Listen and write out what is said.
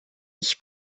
ich